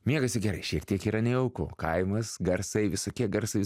miegasi gerai šiek tiek yra nejauku kaimas garsai visokie garsai